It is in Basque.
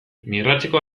migratzeko